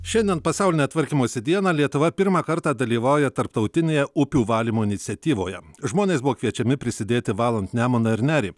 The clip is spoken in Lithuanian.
šiandien pasaulinę tvarkymosi dieną lietuva pirmą kartą dalyvauja tarptautinėje upių valymo iniciatyvoje žmonės buvo kviečiami prisidėti valant nemuną ir nerį